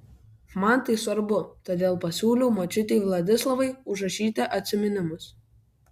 man tai svarbu todėl pasiūliau močiutei vladislavai užrašyti atsiminimus